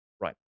Right